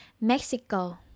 Mexico